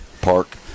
Park